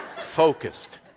Focused